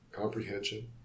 comprehension